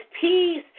peace